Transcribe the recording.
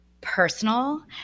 personal